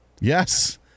yes